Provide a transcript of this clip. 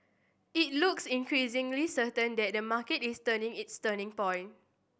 it looks increasingly certain that the market is nearing its turning point